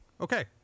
okay